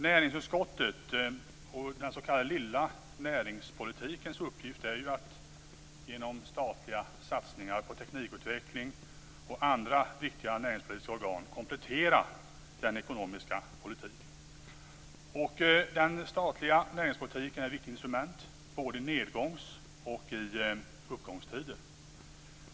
Näringsutskottet och den s.k. lilla näringspolitikens uppgift är att genom statliga satsningar på teknikutveckling och andra viktiga näringspolitiska organ komplettera den ekonomiska politiken. Den statliga näringspolitiken är ett viktigt instrument både i nedgångs och i uppgångstider.